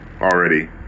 already